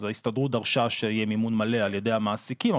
אז ההסתדרות דרשה שיהיה מימון מלא על ידי המעסיקים,